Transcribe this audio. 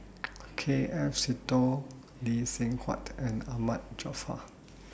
K F Seetoh Lee Seng Huat and Ahmad Jaafar